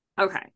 Okay